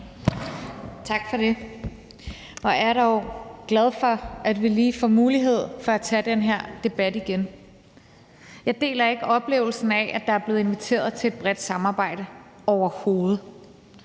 Tak for det. Hvor er jeg dog glad for, at vi lige får mulighed for at tage den her debat igen. Jeg deler overhovedet ikke oplevelsen af, at der er blevet inviteret til et bredt samarbejde.